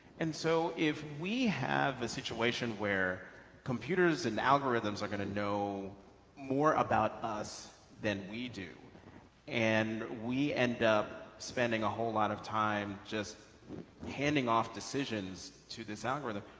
and so if we have a situation where computers and algorithms are gonna know more about us than we do and we end up spending a whole lot of time just handing off decisions to this algorithm,